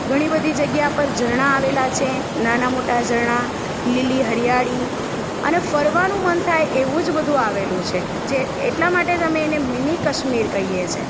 ઘણી બધી જગ્યા પર ઝરણાં આવેલાં છે નાનાં મોટાં ઝરણાં લીલી હરિયાળી અને ફરવાનું મન થાય એવું જ બધું આવેલું છે જે એટલાં માટે અમે એને મિનિ કાશ્મીર કહીએ છે